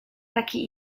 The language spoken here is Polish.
taki